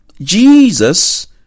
Jesus